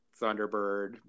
Thunderbird